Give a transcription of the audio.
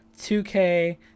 2K